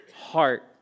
heart